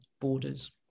borders